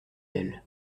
elle